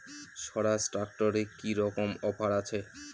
স্বরাজ ট্র্যাক্টরে কি রকম অফার আছে?